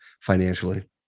financially